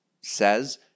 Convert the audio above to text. says